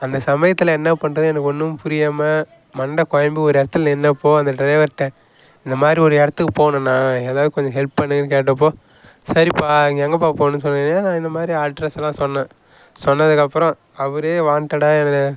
அந்த சமயத்தில் என்ன பண்ணுறதுன்னு எனக்கு ஒன்றும் புரியாமல் மண்டை குழம்பி ஒரு இடத்துல நின்றப்போ அந்த டிரைவர்ட்ட இந்த மாதிரி ஒரு இடத்துக்கு போகணுண்ணா எதாவது கொஞ்சம் ஹெல்ப் பண்ணுங்கன்னு கேட்டப்போ சரிப்பா நீ எங்கேப்பா போகணுன் சொன்னோடனே நான் இந்த மாதிரி அட்ரெஸ்ஸெல்லாம் சொன்னேன் சொன்னதுக்கப்புறம் அவரே வான்ட்டடாக